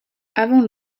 avant